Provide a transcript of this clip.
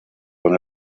con